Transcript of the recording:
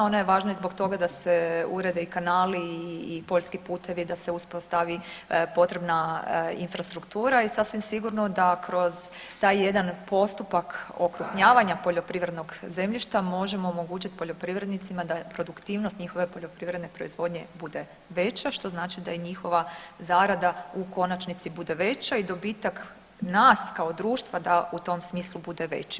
Ona je važna i zbog toga da se urede i kanali i poljski putevi, da se uspostavi potrebna infrastruktura i sasvim sigurno da kroz taj jedan postupak okrupnjavanja poljoprivrednog zemljišta možemo omogućit poljoprivrednicima da produktivnost njihove poljoprivredne proizvodnje bude veća, što znači da i njihova zarada u konačnici bude veća i dobitak nas kao društva da u tom smislu bude veći.